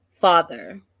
father